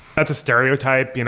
that's a stereotype. you know